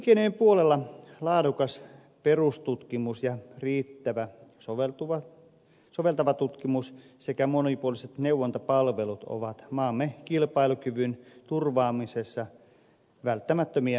elinkeinojen puolella laadukas perustutkimus ja riittävä soveltava tutkimus sekä monipuoliset neuvontapalvelut ovat maamme kilpailukyvyn turvaamisessa välttämättömiä asioita